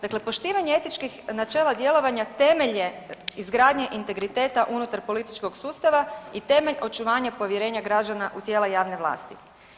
Dakle, poštivanje etičkih načela djelovanja temelj je izgradnje integriteta unutar političkog sustava i temelj očuvanja povjerenja građana u tijela javne vlasti.